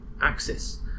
axis